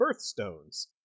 birthstones